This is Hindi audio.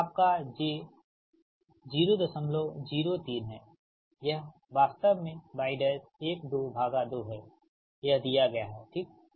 यह आपका j 003 है यह वास्तव में y122 है यह दिया गया है ठीक